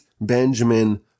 Benjamin